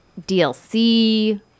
DLC